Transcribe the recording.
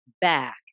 back